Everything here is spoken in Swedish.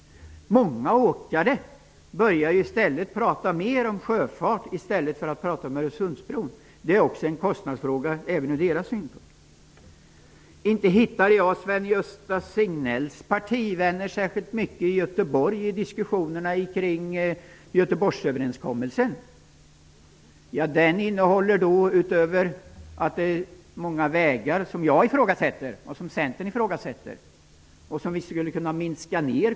Många åkare börjar tala mer om sjöfart än om Öresundsbron. Detta är även ur deras synpunkt en kostnadsfråga. Jag hör inte särskilt mycket av Sven-Gösta Signells partivänner i diskussionerna om Göteborgsöverenskommelsen. Den innehåller utöver många kostsamma vägar som jag och Centern ifrågasätter också inslag av biltullar.